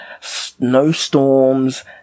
snowstorms